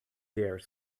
dare